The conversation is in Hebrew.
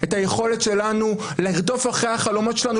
את היכולת שלנו לרדוף אחרי החלומות שלנו,